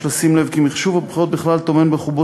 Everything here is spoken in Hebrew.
יש לשים לב כי מחשוב הבחירות בכלל טומן בחובו